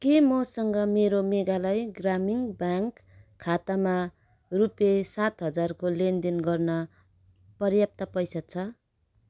के मसँग मेरो मेघालय ग्रामीण ब्याङ्क खातामा रुपे सात हजारको लेनदेन गर्न पर्याप्त पैसा छ